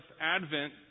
Advent